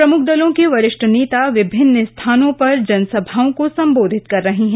प्रमुख दलों के वरिष्ठ नेता विभिन्न स्थानों पर जनसभाओं को संबोधित कर रहे हैं